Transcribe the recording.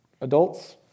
Adults